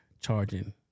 charging